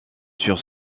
sur